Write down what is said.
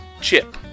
Chip